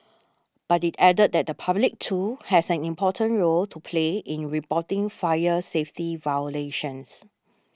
but it added that the public too has an important role to play in reporting fire safety violations